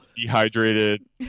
Dehydrated